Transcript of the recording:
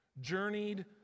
journeyed